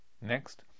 Next